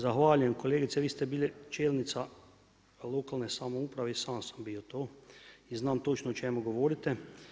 Zahvaljujem kolegice, vi ste bili čelnica lokalne samouprave i sam sam bio to i znam točno o čemu govorite.